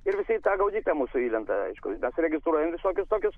ir visi į tą gaudyklę mūsų įlenda aišku mes registruojam visokius tokius